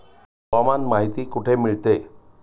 हवामान माहिती कुठे मिळते?